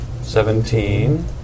seventeen